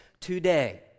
today